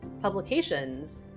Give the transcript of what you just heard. publications